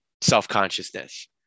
self-consciousness